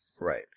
Right